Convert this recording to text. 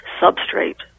substrate